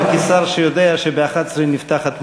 אלא כשר שיודע שב-11:00 נפתחת המליאה.